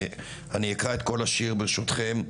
ואני אקרא את כל השיר ברשותכם.